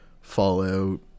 Fallout